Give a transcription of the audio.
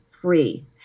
free